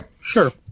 Sure